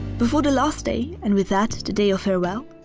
before the last day and with that the day of farewell,